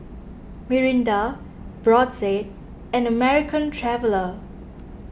Mirinda Brotzeit and American Traveller